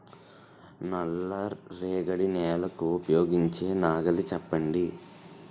నల్ల రేగడి నెలకు ఉపయోగించే నాగలి చెప్పండి?